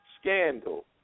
scandal